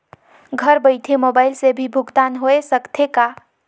घर बइठे मोबाईल से भी भुगतान होय सकथे का?